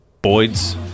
Boyd's